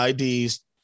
IDs